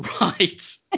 right